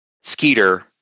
Skeeter